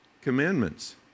commandments